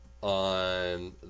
On